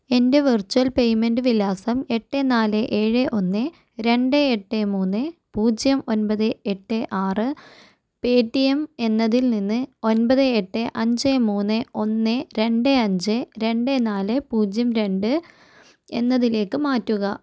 എൻ്റെ virtual payment വിലാസം എട്ട് നാല് ഏഴ് ഒന്ന് രണ്ട് എട്ട് മൂന്ന് പൂജ്യം ഒൻപത് എട്ട് ആറ് പേ ടി എം എന്നതിൽ നിന്ന് ഒൻപത് എട്ട് അഞ്ച് മൂന്ന് ഒന്ന് രണ്ട് അഞ്ച് രണ്ട് നാല് പൂജ്യം രണ്ട് എന്നതിലേക്ക് മാറ്റുക